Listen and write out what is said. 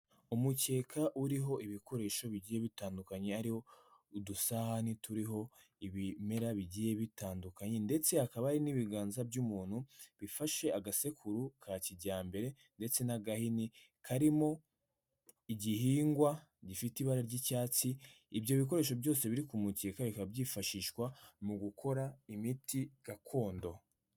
Umukeka uriho ibikoresho bigiye bitandukanye, hariho udusahani turiho ibimera bigiye bitandukanye ndetse hakaba hari n'ibiganza by'umuntu, bifashe agasekuru ka kijyambere ndetse n'agahini karimo igihingwa gifite ibara ry'icyatsi, ibyo bikoresho byose biri ku mukeka bikaba byifashishwa mu gukora imiti gakondo.